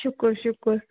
شُکُر شُکُر